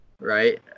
Right